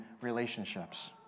relationships